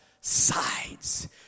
sides